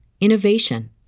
innovation